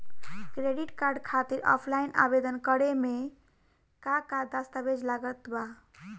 Credit card खातिर offline आवेदन करे म का का दस्तवेज लागत बा?